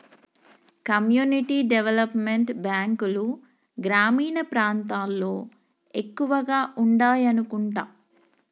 community development బ్యాంకులు గ్రామీణ ప్రాంతాల్లో ఎక్కువగా ఉండాయనుకుంటా